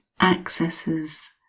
accesses